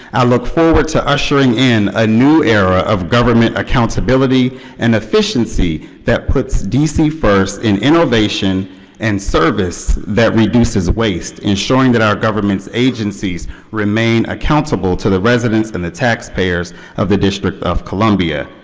i look forward to ushering in a new era of government accountability and efficiency that puts dc first in innovation and service that reduces waste ensuring that our government's agencies remain accountable to the residents and taxpayers of the district of columbia.